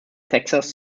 texas